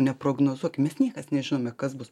neprognozuokim mes niekas nežinome kas bus